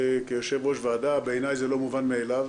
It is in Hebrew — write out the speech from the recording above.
כיושב-ראש ועדה, בעיניי זה לא מובן מאליו.